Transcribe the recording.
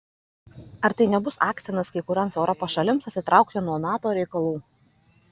ar tai nebus akstinas kai kurioms europos šalims atsitraukti nuo nato reikalų